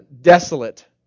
Desolate